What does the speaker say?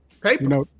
paper